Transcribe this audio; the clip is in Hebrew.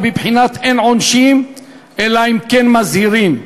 ובבחינת "אין עונשין אלא אם כן מזהירין",